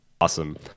Awesome